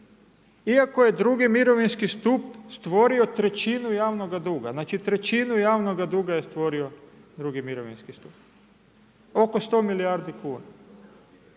iako je II mirovinski stup stvorio trećinu javnog duga. Znači, trećinu javnog duga je stvorio II mirovinski stup, oko 100 milijardi kuna.